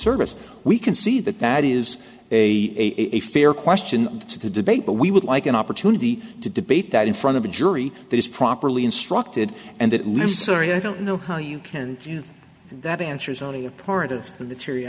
service we can see that that is a fair question to debate but we would like an opportunity to debate that in front of a jury that is properly instructed and that necessary i don't know how you can view that answers only a part of the material